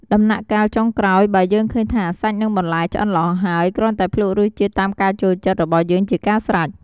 ដំណាក់កាលចុងក្រោយ បើយើងឃើញថាសាច់និងបន្លែឆ្អិនល្អហើយ គ្រាន់តែភ្លក់រសជាតិតាមការចូលចិត្តរបស់យើងជាការស្រេច។